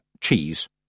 cheese